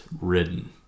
ridden